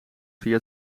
via